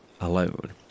alone